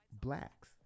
blacks